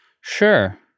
Sure